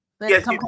Yes